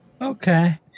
Okay